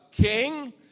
king